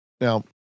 Now